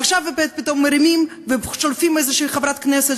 עכשיו פתאום מרימים ושולפים איזו חברת כנסת